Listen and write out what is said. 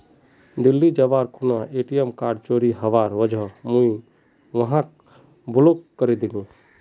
दिल्ली जबार खूना ATM card चोरी हबार वजह मुई वहाक ब्लॉक करे दिनु